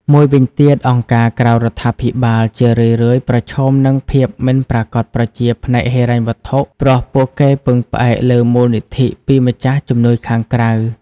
មួយវិញទៀតអង្គការក្រៅរដ្ឋាភិបាលជារឿយៗប្រឈមនឹង ភាពមិនប្រាកដប្រជាផ្នែកហិរញ្ញវត្ថុ ព្រោះពួកគេពឹងផ្អែកលើមូលនិធិពីម្ចាស់ជំនួយខាងក្រៅ។